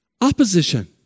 opposition